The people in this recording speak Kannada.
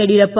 ಯಡಿಯೂರಪ್ಪ